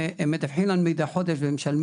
מבחינת האיתנות הפיננסית שלה ומבחינה אקטוארית,